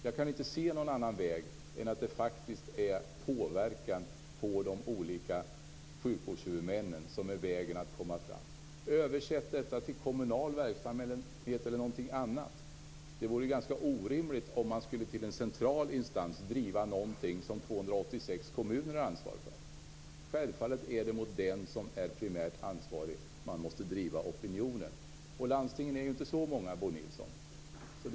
Jag kan inte se annat än att det faktiskt är påverkan på de olika sjukvårdshuvudmännen som är vägen att komma fram. Översätt detta till kommunal verksamhet eller något annat. Det vore ganska orimligt om man till en central instans skulle driva något som 286 kommuner har ansvar för. Självfallet är det gentemot den som är primärt ansvarig som man måste driva opinionen. Och landstingen är ju inte så många, Bo Nilsson.